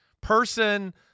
person